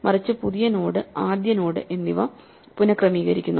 മറിച്ച് പുതിയ നോഡ് ആദ്യ നോഡ് എന്നിവ പുനഃക്രമീകരിക്കുന്നു